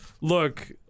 Look